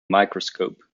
microscope